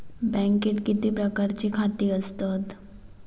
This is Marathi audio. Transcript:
बँकेत किती प्रकारची खाती असतत?